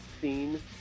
scene